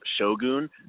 Shogun